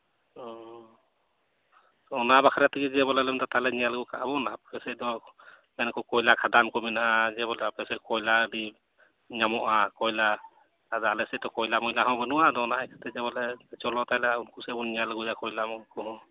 ᱚ ᱚᱱᱟ ᱵᱟᱠᱷᱨᱟ ᱛᱮᱜᱮ ᱡᱮ ᱵᱚᱞᱮ ᱛᱟᱞᱦᱮ ᱞᱮ ᱢᱮᱱᱫᱟ ᱧᱮᱞ ᱟᱹᱜᱩ ᱠᱟᱜᱼᱟ ᱵᱚᱱ ᱟᱯᱮ ᱥᱮᱫ ᱫᱚ ᱢᱮᱱᱟᱠᱚ ᱠᱚᱭᱞᱟ ᱠᱷᱟᱫᱟᱱ ᱠᱚ ᱢᱮᱱᱟᱜᱼᱟ ᱡᱮ ᱵᱚᱞᱮ ᱟᱯᱮ ᱥᱮᱫ ᱠᱚᱭᱞᱟ ᱟᱹᱰᱤ ᱧᱟᱢᱚᱜᱼᱟ ᱠᱚᱭᱞᱟ ᱟᱫᱚ ᱟᱞᱮ ᱥᱮᱫ ᱫᱚ ᱠᱚᱭᱞᱟ ᱢᱚᱭᱞᱟ ᱦᱚᱸ ᱵᱟᱹᱱᱩᱜᱼᱟ ᱚᱱᱟ ᱟᱹᱭᱠᱟᱹᱣᱛᱮ ᱵᱚᱞᱮ ᱪᱚᱞᱚ ᱩᱱᱠᱩ ᱥᱮᱫ ᱵᱚᱱ ᱧᱮᱞ ᱟᱹᱜᱩᱭᱟ ᱠᱚᱭᱞᱟ ᱠᱚ